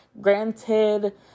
Granted